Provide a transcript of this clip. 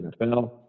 NFL